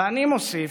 ואני מוסיף: